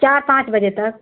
चार पाँच बजे तक